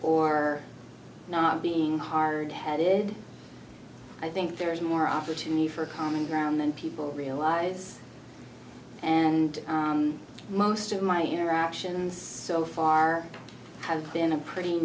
or not being hard headed i think there is more opportunity for common ground than people realize and most of my interactions so far have been a pretty